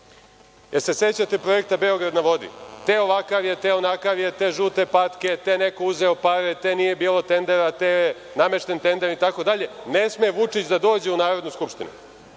se sećate projekta „Beograd na vodi“? Te ovakav je, te onakav je, te žute patke, te neko uzeo pare, te nije bilo tendera, te je namešten tender itd, ne sme Vučić da dođe u Narodnu skupštinu.